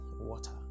water